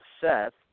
Seth